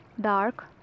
dark